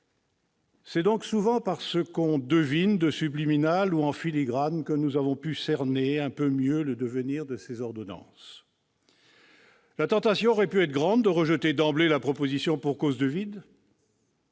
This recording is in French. C'est donc souvent par ce qu'on devine de subliminal ou d'inscrit en filigrane que nous avons pu cerner un peu mieux le devenir de ces ordonnances. La tentation aurait pu être grande de rejeter d'emblée la proposition pour « cause de vide